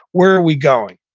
where are we going?